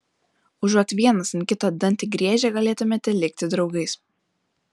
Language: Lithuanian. užuot vienas ant kito dantį griežę galėtumėme likti draugais